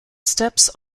steps